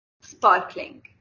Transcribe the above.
sparkling